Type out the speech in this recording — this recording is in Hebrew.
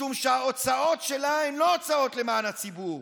משום שההוצאות שלה הן לא הוצאות למען הציבור,